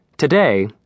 Today